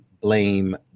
blame